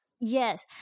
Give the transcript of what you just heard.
Yes